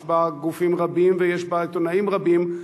יש בה גופים רבים ויש בה עיתונאים רבים,